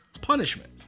punishment